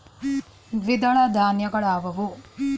ದ್ವಿದಳ ಧಾನ್ಯಗಳಾವುವು?